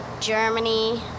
Germany